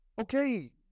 Okay